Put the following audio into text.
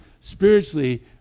spiritually